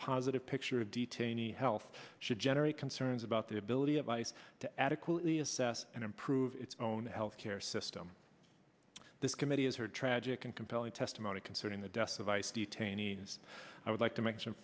positive picture of detainee health should generate concerns about the ability of ice to adequately assess and improve its own health care system this committee has heard tragic and compelling testimony concerning the deaths of vice detainees i would like to m